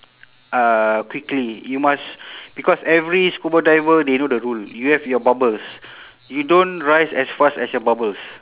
uh quickly you must because every scuba diver they know the rule you have your bubbles you don't rise as fast as your bubbles